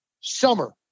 summer